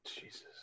Jesus